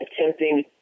attempting